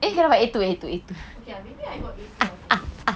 B okay lah maybe I got A two